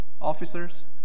officers